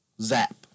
Zap